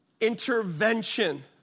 intervention